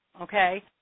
okay